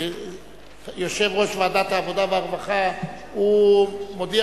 יושב-ראש ועדת העבודה והרווחה מודיע